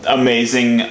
amazing